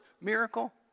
miracle